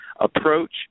approach